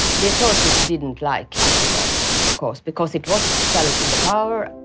the authorities didn't like aftonbladet, of course, because it was challenging the power.